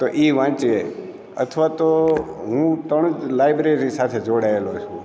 તો એ વાંચીએ અથવા તો હું ત્રણ લાઈબ્રેરી સાથે જોડાયેલો છું